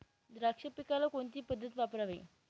द्राक्ष पिकाला कोणती पद्धत वापरावी?